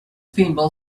pinball